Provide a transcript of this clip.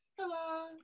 Hello